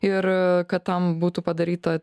ir kad tam būtų padaryta